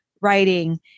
writing